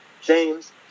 james